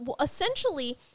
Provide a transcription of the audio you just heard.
Essentially